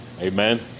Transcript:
Amen